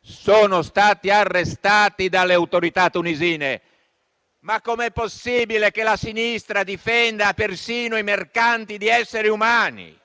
sono stati arrestati dalle autorità tunisine. Ma com'è possibile che la sinistra difenda persino i mercanti di esseri umani?